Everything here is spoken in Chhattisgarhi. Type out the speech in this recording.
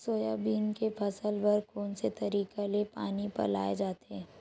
सोयाबीन के फसल बर कोन से तरीका ले पानी पलोय जाथे?